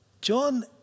John